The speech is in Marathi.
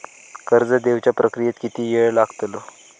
कर्ज देवच्या प्रक्रियेत किती येळ लागतलो?